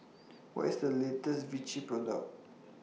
What IS The latest Vichy Product